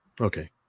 Okay